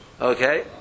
Okay